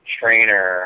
trainer